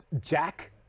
Jack